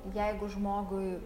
jeigu žmogui